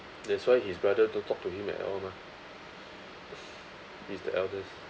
that's why his brother don't talk to him at all mah he's the eldest